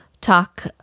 Talk